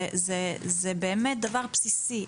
זה באמת דבר בסיסי,